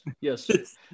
yes